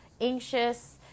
anxious